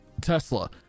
Tesla